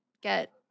get